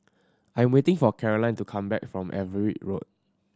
I'm waiting for Carolyne to come back from Everitt Road